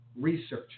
research